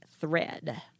thread